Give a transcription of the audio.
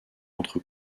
entre